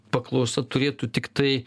paklausa turėtų tiktai